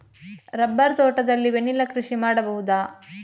Rubber ತೋಟದಲ್ಲಿ vanilla ಕೃಷಿ ಮಾಡಬಹುದಾ?